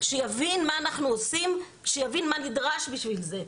שיבין מה אנחנו עושים, שיבין מה נדרש בשביל זה,